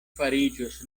fariĝos